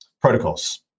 protocols